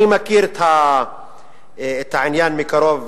אני מכיר את העניין מקרוב,